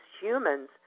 humans